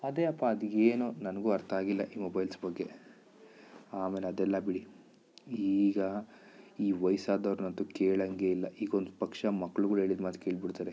ಅದೇ ಅಪ್ಪ ಅದೇನೋ ನನಗೂ ಅರ್ಥ ಆಗಿಲ್ಲ ಈ ಮೊಬೈಲ್ಸ್ ಬಗ್ಗೆ ಆಮೇಲೆ ಅದೆಲ್ಲ ಬಿಡಿ ಈಗ ಈ ವಯ್ಸಾದವ್ರನ್ನಂತೂ ಕೇಳೊಂಗೇ ಇಲ್ಲ ಈಗೊಂದು ಪಕ್ಷ ಮಕ್ಳುಗಳು ಹೇಳಿದ ಮಾತು ಕೇಳಿಬಿಡ್ತಾರೆ